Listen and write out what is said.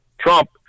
Trump